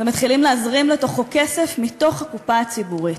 ומתחילים להזרים לתוכו כסף מתוך הקופה הציבורית.